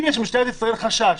אם יש למשטרת ישראל חשש,